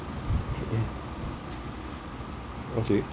okay